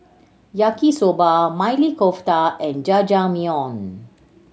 Yaki Soba Maili Kofta and Jajangmyeon